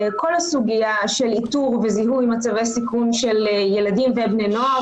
כל הסוגיה של איתור וזיהוי מצבי סיכון של ילדים ובני נוער,